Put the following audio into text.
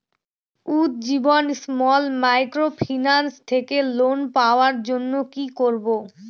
Ujjivan small microfinance থেকে loan পাওয়ার জন্য কি করব?